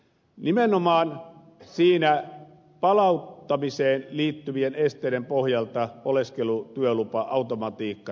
nimenomaan siinä palauttamiseen liittyvien esteiden pohjalta oleskelutyölupa automatiikka toimi